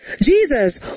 Jesus